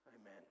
Amen